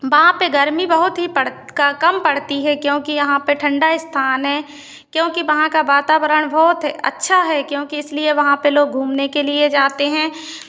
वहाँ पे गर्मी बहुत ही कम पड़ती है क्योंकि यहाँ पर ठंडा स्थान है क्योंकि वहाँ का वातावरण बहुत अच्छा है क्योंकि इसलिए वहाँ पे लोग घूमने के लिए जाते हैं